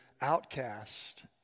outcast